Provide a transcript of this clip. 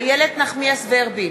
בעד איילת נחמיאס ורבין,